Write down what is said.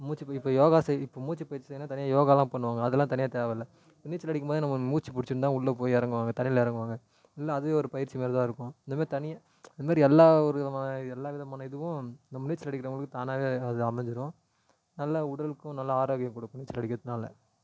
மூச்சிப்பயிற்சி இப்போ யோகா செய் இப்போ மூச்சிப்பயிற்சி செய்யணுன்னா தனியாக யோகாலாம் பண்ணுவாங்க அதெல்லாம் தனியாக தேவைல்ல நீச்சல் அடிக்கும்போது நம்ம மூச்சு பிடிச்சின்னு தான் உள்ள போயி இறங்குவாங்க தண்ணியில் இறங்குவாங்க இல்லை அதுவே ஒரு பயிற்சி மாரி தான் இருக்கும் இந்த மாரி தனியாக இது மாரி எல்லா ஒருவிதமான எல்லாவிதமான இதுவும் நம்ம நீச்சல் அடிக்கிறவுங்களுக்கு தானாவே அது அமைஞ்சிடும் நல்ல உடலுக்கும் நல்ல ஆரோக்கியம் கொடுக்கும் நீச்சல் அடிக்கிறத்துனால